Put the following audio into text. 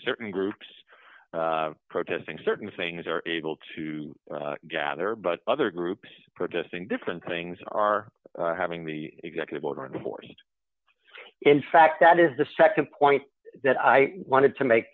certain groups protesting certain things are able to gather but other groups protesting different things are having the executive order divorced in fact that is the nd point that i wanted to make